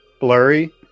blurry